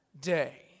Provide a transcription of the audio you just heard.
day